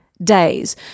Days